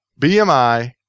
BMI